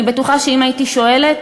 אני בטוחה שאם הייתי שואלת,